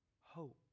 hope